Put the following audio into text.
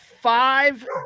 five